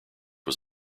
was